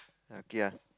lucky ah